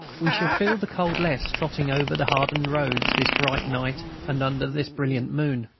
we shall feel the cold less trotting over the hardened roads this bright night and under this brilliant moon.